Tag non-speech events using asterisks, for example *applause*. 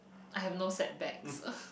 I have no setbacks *laughs*